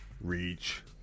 Reach